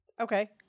Okay